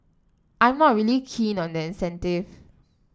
I'm not really keen on the incentive